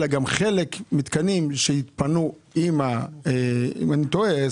כי חלק מתקנים שהתפנו - תקן אותי אם אני טועה.